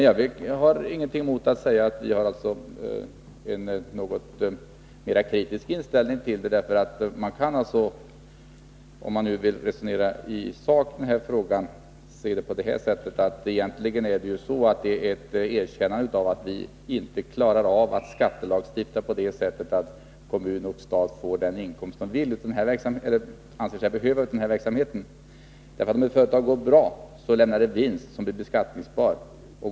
Jag har dock ingenting emot att säga att vi har en något mera kritisk inställning. Det är egentligen så att detta är ett erkännande av att vi inte klarar av att skattelagstifta på ett sådant sätt att kommun och stat får den inkomst de anser sig behöva av denna verksamhet. Om ett företag går bra lämnar det vinst som blir beskattningsbar.